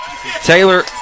Taylor